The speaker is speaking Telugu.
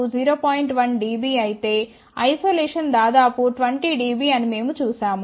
1 dB అయితే ఐసోలేషన్ దాదాపు 20 dB అని మేము చూశాము